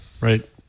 Right